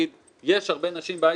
אחד מעסיק הייטק,